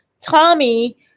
Tommy